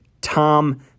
Tom